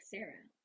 Sarah